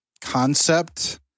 Concept